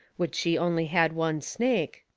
which she only had one snake,